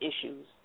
issues